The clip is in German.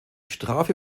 strafe